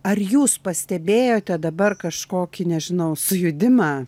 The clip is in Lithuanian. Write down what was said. ar jūs pastebėjote dabar kažkokį nežinau sujudimą